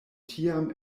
tiam